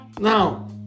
now